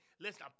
listen